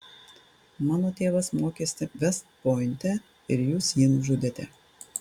mano tėvas mokėsi vest pointe ir jūs jį nužudėte